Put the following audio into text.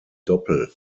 doppel